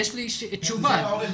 לי תשובה.